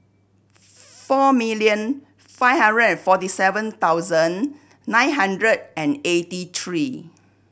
four million five hundred and forty seven thousand nine hundred and eighty three